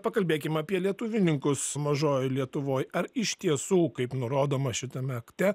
pakalbėkim apie lietuvininkus mažojoj lietuvoj ar iš tiesų kaip nurodoma šitame akte